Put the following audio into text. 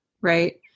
right